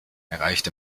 erreicht